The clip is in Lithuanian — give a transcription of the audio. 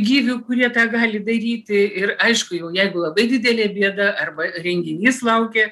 gyvių kurie tą gali daryti ir aišku jau jeigu labai didelė bėda arba renginys laukia